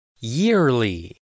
Yearly